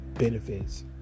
Benefits